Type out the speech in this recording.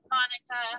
Monica